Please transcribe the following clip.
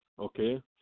okay